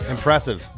Impressive